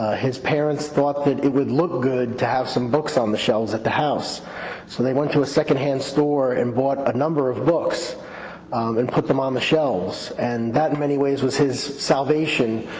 ah his parents thought that it would look good to have some books on the shelves at the house so they went to a second-hand store and bought a number of books and put them on the shelves and that in many ways was his salvation.